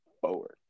forward